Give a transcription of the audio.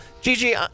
Gigi